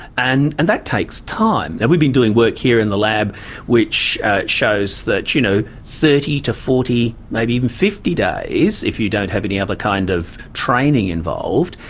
and and that takes time. and we've been doing work here in the lab which shows that you know thirty to forty, maybe even fifty days, if you don't have any other kind of training involved,